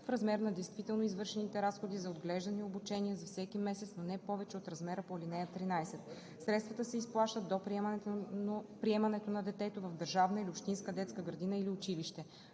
в размер на действително извършените разходи за отглеждане и обучение за всеки месец, но не повече от размера по ал. 13. Средствата се изплащат до приемането на детето в държавна или общинска детска градина или училище.